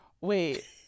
wait